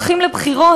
הולכים לבחירות,